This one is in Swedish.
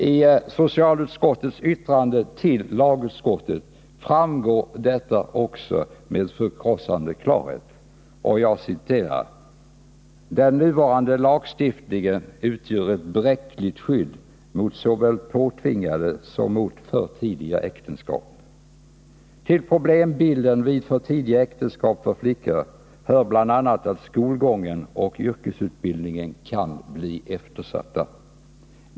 I socialutskottets yttrande till lagutskottet framgår detta med förkrossande klarhet. Det heter där: ”Den nuvarande svenska lagstiftningen utgör dock ett bräckligt skydd för underåriga mot såväl påtvingade som för tidiga äktenskap i övrigt. I likhet med socialutskottet anser lagutskottet att till problembilden vid för tidiga äktenskap för flickor hör bl.a. att skolgången och yrkesutbildningen kan bli eftersatta.